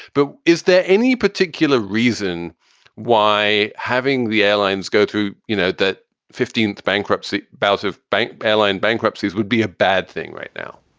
but is there any particular reason why having the airlines go to you know that fifteenth bankruptcy bout of bank airline bankruptcies would be a bad thing right now?